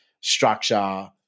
structure